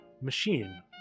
machine